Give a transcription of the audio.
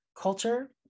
culture